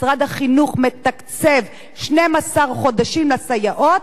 משרד החינוך מתקצב 12 חודשים לסייעות,